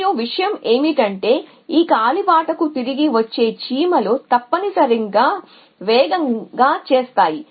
మరియు విషయం ఏమిటంటే ఈ కాలిబాటకు తిరిగి వచ్చే చీమలు తప్పనిసరిగా వేగంగా చేస్తాయి